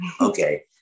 Okay